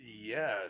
yes